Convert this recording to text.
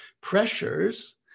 pressures